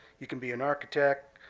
you can be an architect,